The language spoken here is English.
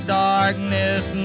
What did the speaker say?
darkness